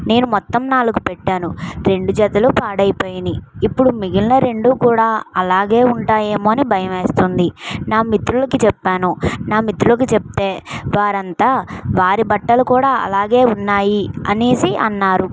నేను మొత్తం నాలుగు పెట్టాను రెండు జతలు పాడైపోయినాయి ఇప్పుడు మిగిలిన రెండు కూడా అలాగే ఉంటాయేమో అని భయం వేస్తుంది నా మిత్రులకి చెప్పాను నా మిత్రులికి చెప్తే వారంతా వారి బట్టలు కూడా అలాగే ఉన్నాయి అని అన్నారు